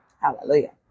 hallelujah